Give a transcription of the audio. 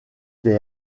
des